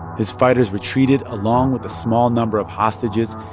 his fighters retreated, along with a small number of hostages,